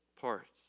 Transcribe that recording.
parts